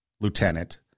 lieutenant